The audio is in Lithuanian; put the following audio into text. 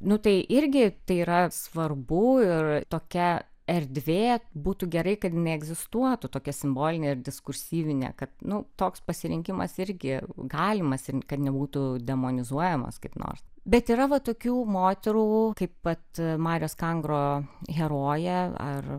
nu tai irgi tai yra svarbu ir tokia erdvė būtų gerai kad jinai egzistuotų tokia simbolinė ir diskursyvinė kad nu toks pasirinkimas irgi galimas ir kad nebūtų demonizuojamos kaip nors bet yra tokių moterų kaip vat marios kangro herojė ar